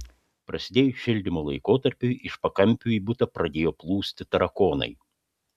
prasidėjus šildymo laikotarpiui iš pakampių į butą pradėjo plūsti tarakonai